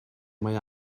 mae